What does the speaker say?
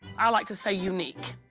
i like to say unique.